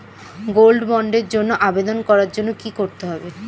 Gold বন্ডের জন্য আবেদন করার জন্য কি করতে হবে?